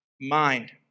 mind